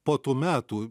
po tų metų